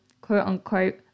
quote-unquote